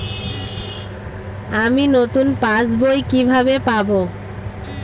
আমি নতুন passbook কিভাবে পাব?